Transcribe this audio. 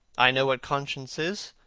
i know what conscience is,